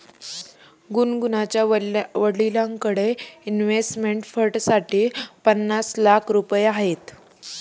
गुनगुनच्या वडिलांकडे इन्व्हेस्टमेंट फंडसाठी पन्नास लाख रुपये आहेत